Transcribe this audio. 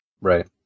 Right